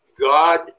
God